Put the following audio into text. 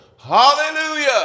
Hallelujah